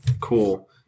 Cool